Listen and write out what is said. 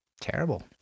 Terrible